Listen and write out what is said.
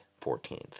14th